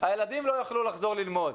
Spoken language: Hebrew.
הילדים לא יוכלו לחזור ללמוד,